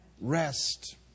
rest